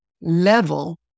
level